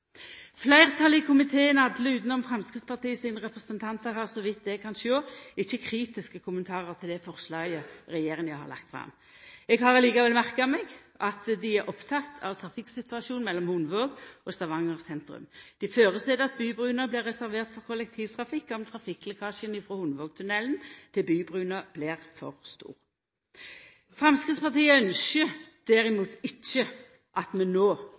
Fleirtalet i komiteen – alle utanom Framstegspartiet sine representantar – har så vidt eg kan sjå, ikkje kritiske kommentarar til det forslaget som regjeringa har lagt fram. Eg har likevel merka meg at dei er opptekne av trafikksituasjonen mellom Hundvåg og Stavanger sentrum. Dei føreset at Bybrua blir reservert for kollektivtrafikk, dersom trafikklekkasjen frå Hundvågtunnelen til Bybrua blir for stor. Framstegspartiet ynskjer derimot ikkje at